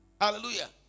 hallelujah